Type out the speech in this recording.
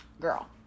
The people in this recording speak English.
girl